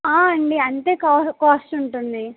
అండి అంతే కా కాస్ట్ ఉంటుంది